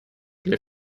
для